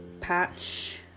patch